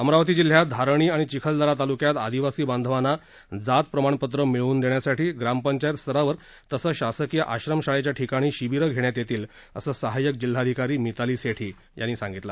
अमरावती जिल्ह्यात धारणी आणि चिखलदरा तालुक्यात आदिवासी बांधवांना जात प्रमाणपत्र मिळवून देण्यासाठी ग्रामपंचायत स्तरावर तसंच शासकीय आश्रम शाळेच्या ठिकाणी शिबिरं घेण्यात येतील असं सहाय्यक जिल्हाधिकारी मिताली सेठी यांनी सांगितलं